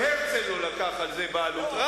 גם הרצל לא לקח עליו בעלות.